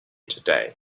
today